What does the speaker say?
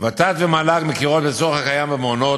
שקלים לטובת הנושא.